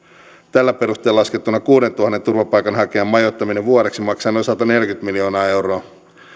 tällä perusteella laskettuna kuudentuhannen turvapaikanhakijan majoittaminen vuodeksi maksaa noin sataneljäkymmentä miljoonaa euroa